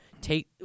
take